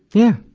yeah.